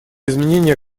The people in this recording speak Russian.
изменения